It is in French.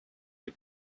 des